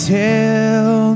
tell